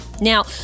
Now